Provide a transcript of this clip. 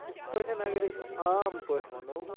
یِتھٕ پٲٹھٮ۪ن اگر أسۍ عام پٲٹھۍ وَنو